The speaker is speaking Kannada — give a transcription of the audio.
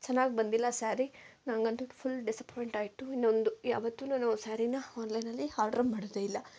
ಚೆನ್ನಾಗಿ ಬಂದಿಲ್ಲ ಸ್ಯಾರಿ ನಂಗಂತೂ ಫುಲ್ ಡಿಸಪೋಯಿಂಟ್ ಆಯ್ತು ಇನ್ನೊಂದು ಯಾವತ್ತೂ ನಾನು ಸ್ಯಾರಿನ ಆನ್ಲೈನಲ್ಲಿ ಹಾರ್ಡ್ರ್ ಮಾಡೋದೇ ಇಲ್ಲ